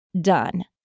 done